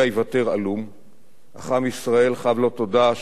אך עם ישראל חב לו תודה שאת משקלה לא ניתן לאמוד.